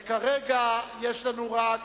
וכרגע יש לנו רק